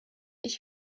ich